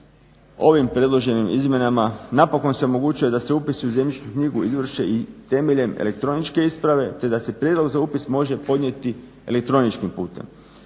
Ovim predloženim izmjenama napokon se omogućuje da se upisi u zemljišnu knjigu izvrše i temeljem elektroničke isprave te da se prijedlog za upis može podnijeti elektroničkim putem.